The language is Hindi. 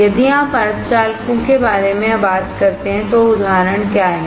यदि आप सेमीकंडक्टरके बारे में बात करते हैं तो उदाहरण क्या हैं